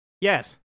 Yes